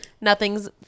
nothing's